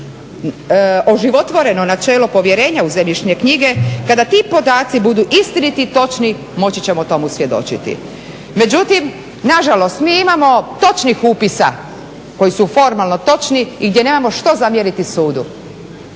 oživotvoreno načelo povjerenja u zemljišne knjige, kada ti podaci budu istiniti i točni moći ćemo tomu svjedočiti. Međutim nažalost, mi imamo točnih upisa koji su formalno točni i gdje nemamo što zamjeriti sudu,